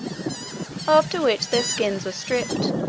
after which their skins were stripped,